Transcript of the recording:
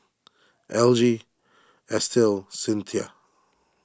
Algie Estill Cyntha